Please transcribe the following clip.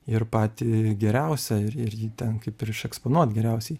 ir patį geriausią ir ir jį ten kaip ir išeksponuot geriausiai